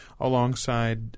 alongside